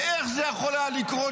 איך זה יכול היה לקרות?